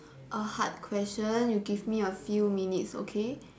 a hard question you give me a few minutes okay